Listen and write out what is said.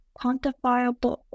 quantifiable